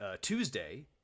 Tuesday